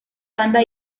banda